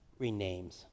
renames